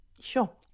sure